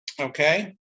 Okay